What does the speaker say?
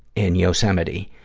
in yosemite,